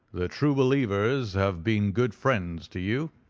the true believers have been good friends to you.